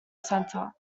center